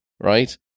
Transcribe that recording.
right